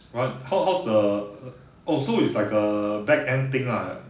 but how how's the oh so it's like a back end thing lah